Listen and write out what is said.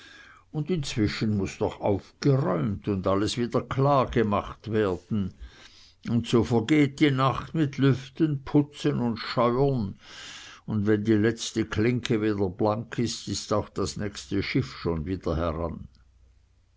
und inzwischen muß doch aufgeräumt und alles wieder klargemacht werden und so vergeht die nacht mit lüften putzen und scheuern und wenn die letzte klinke wieder blank ist ist auch das nächste schiff schon wieder heran